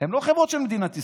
הן לא חברות של מדינת ישראל.